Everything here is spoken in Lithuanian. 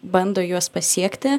bando juos pasiekti